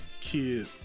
kid